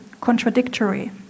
contradictory